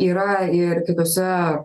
yra ir kitose